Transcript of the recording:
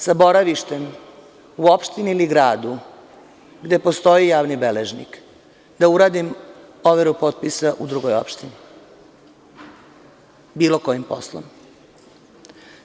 Sa boravištem u opštini ili u gradu, gde postoji javni beležnik da uradim overu potpisa u drugoj opštini, bilo kojim poslom?